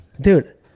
Dude